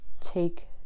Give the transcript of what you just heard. take